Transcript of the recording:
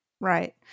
Right